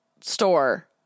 store